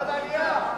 לוועדת העלייה.